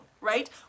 right